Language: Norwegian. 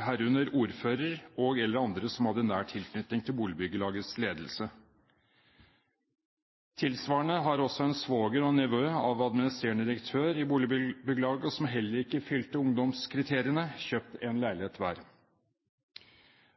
herunder ordfører og/eller andre som hadde nær tilknytning til boligbyggelagets ledelse. Tilsvarende har også en svoger og en nevø av administrerende direktør i boligbyggelaget, og som heller ikke fylte ungdomskriteriene, kjøpt en leilighet hver.